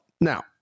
Now